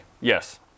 yes